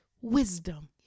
wisdom